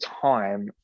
time